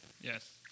Yes